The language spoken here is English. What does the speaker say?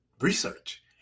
research